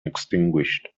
extinguished